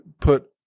put